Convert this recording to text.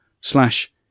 slash